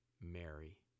Mary